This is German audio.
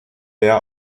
der